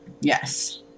Yes